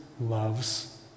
loves